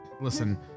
listen